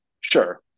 sure